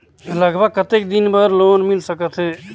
लगभग कतेक दिन बार लोन मिल सकत हे?